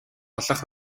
олонх